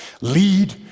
lead